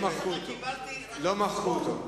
לא מחקו אותו.